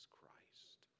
Christ